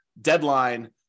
deadline